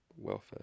Welfare